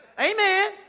Amen